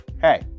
hey